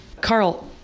Carl